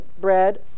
bread